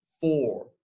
four